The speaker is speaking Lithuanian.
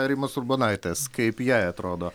rimos urbonaitės kaip jai atrodo